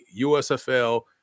USFL